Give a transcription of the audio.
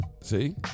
See